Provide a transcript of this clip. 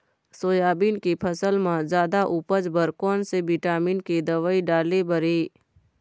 Soybean के फसल म जादा उपज बर कोन से विटामिन के दवई डाले बर ये?